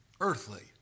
earthly